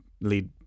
lead